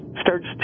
starts